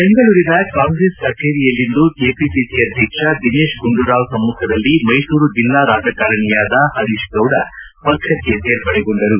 ಬೆಂಗಳೂರಿನ ಕಾಂಗ್ರೆಸ್ ಕಚೇರಿಯಲ್ಲಿಂದು ಕೆಪಿಸಿಸಿ ಅಧ್ಯಕ್ಷ ದಿನೇತ್ ಗುಂಡೂರಾವ್ ಸಮ್ನುಖದಲ್ಲಿ ಮೈಸೂರು ಜಿಲ್ಲಾ ರಾಜಕಾರಣಿಯಾದ ಹರೀಶ್ ಗೌಡ ಪಕ್ಷಕ್ಕೆ ಸೇರ್ಪಡೆಗೊಂಡರು